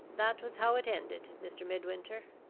that was how it ended, mr. midwinter.